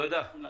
תודה.